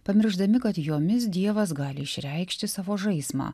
pamiršdami kad jomis dievas gali išreikšti savo žaismą